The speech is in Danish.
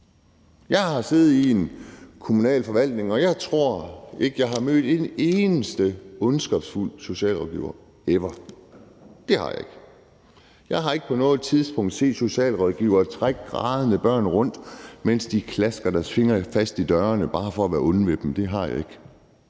Jeg har siddet i en kommunal forvaltning, og jeg tror ikke, jeg nogensinde har mødt en eneste ondskabsfuld socialrådgiver. Det har jeg ikke. Jeg har ikke på noget tidspunkt set socialrådgivere trække grædende børn rundt eller sætte deres fingre i klemme i dørene bare for at være onde ved dem. Det har jeg ikke.